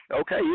okay